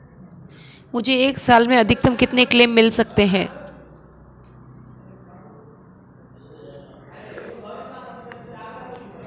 मुझे एक साल में अधिकतम कितने क्लेम मिल सकते हैं?